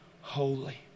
holy